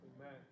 Amen